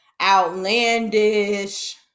outlandish